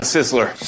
Sizzler